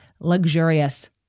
luxurious